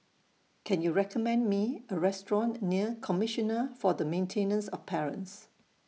Can YOU recommend Me A Restaurant near Commissioner For The Maintenance of Parents